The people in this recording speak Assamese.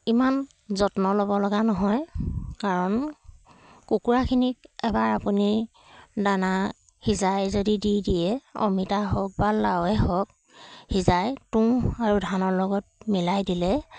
ইমান যত্ন ল'ব লগা নহয় কাৰণ কুকুৰাখিনিক এবাৰ আপুনি দানা সিজাই যদি দি দিয়ে অমিতা হওক বা লাওৱে হওক সিজাই তুঁহ আৰু ধানৰ লগত মিলাই দিলে